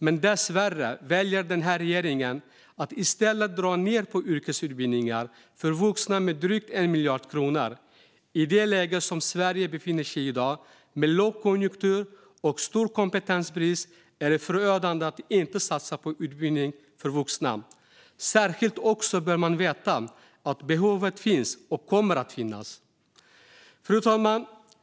Men dessvärre väljer den här regeringen att i stället dra ned på yrkesutbildningar för vuxna med drygt 1 miljard kronor. I det läge som Sverige i dag befinner sig i, med lågkonjunktur och stor kompetensbrist, är det förödande att inte satsa på utbildning för vuxna. Särskilt bör man veta att behovet finns och kommer att finnas. Fru talman!